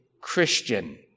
Christian